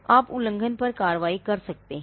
आप उल्लंघन पर कार्रवाई कर सकते हैं